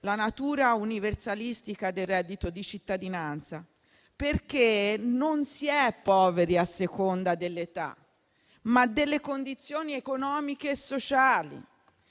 la natura universalistica del reddito di cittadinanza, perché si è poveri a seconda non dell'età, ma delle condizioni economiche e sociali